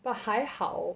but 还好